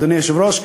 אדוני היושב-ראש.